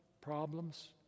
problems